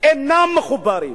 אינם מחוברים.